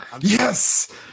Yes